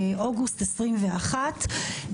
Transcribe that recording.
באוגוסט 2021,